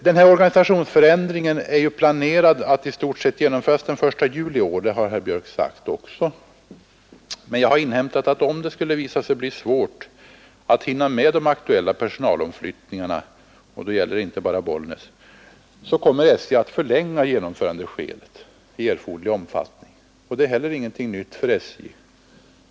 Den här organisationsförändringen är planerad att i stort sett genomföras den 1 juli i år. Det har herr Björk sagt också. Men jag har inhämtat att om det skulle visa sig bli svårt att hinna med de aktuella personalomflyttningarna — och det gäller inte bara Bollnäs — så kommer SJ att förlänga genomförandeskedet i erforderlig omfattning. Det är heller ingenting nytt för SJ.